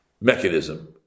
mechanism